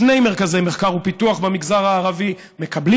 שני מרכזי מחקר ופיתוח במגזר הערבי מקבלים